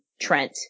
Trent